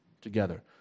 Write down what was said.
together